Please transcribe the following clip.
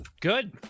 Good